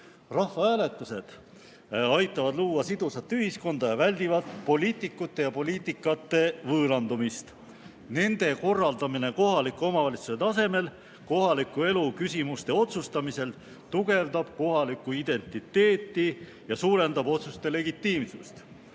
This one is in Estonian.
Rahvahääletused aitavad luua sidusat ühiskonda ning väldivad poliitikute ja poliitikate võõrandumist. Nende korraldamine kohaliku omavalitsuse tasemel kohaliku elu küsimuste otsustamisel tugevdab kohalikku identiteeti ja suurendab otsuste legitiimsust.